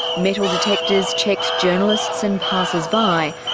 metal detectors checked journalists and passers-by,